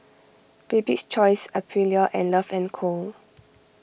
Bibik's Choice Aprilia and Love and Co